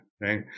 right